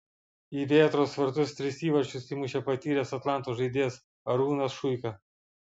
į vėtros vartus tris įvarčius įmušė patyręs atlanto žaidėjas arūnas šuika